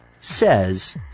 says